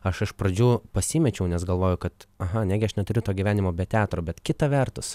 aš iš pradžių pasimečiau nes galvojau kad aha negi aš neturiu to gyvenimo be teatro bet kita vertus